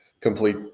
complete